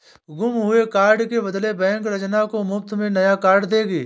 गुम हुए कार्ड के बदले बैंक रंजना को मुफ्त में नया कार्ड देगी